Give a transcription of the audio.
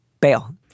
bail